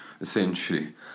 essentially